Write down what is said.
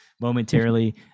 momentarily